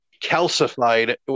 calcified